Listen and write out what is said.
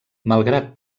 malgrat